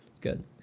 Good